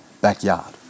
backyard